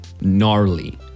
gnarly